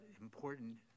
important